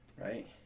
right